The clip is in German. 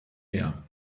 mehr